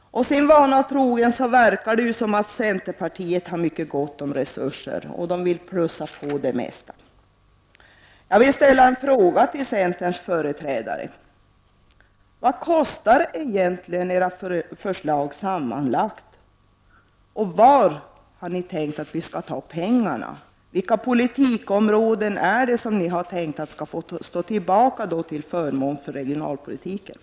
Sin vana trogen verkar det som om centerpartiet har mycket gott om resurser, och man vill plussa på det mesta. Jag vill ställa en fråga till centerns företrädare. Vad kostar egentligen era förslag sammanlagt? Och var har ni tänkt att vi skall ta pengarna? Vilka områden inom politiken har ni tänkt skall stå tillbaka till förmån för regionalpolitiken?